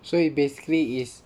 so you basically is